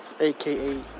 AKA